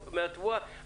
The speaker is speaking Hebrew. מהתבואה?